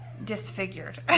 disfigured.